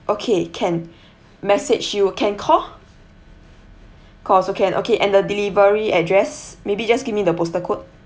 okay can message you can call call also can okay and the delivery address maybe just give me the postal code